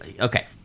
okay